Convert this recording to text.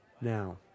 Now